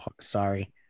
Sorry